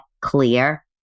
Clear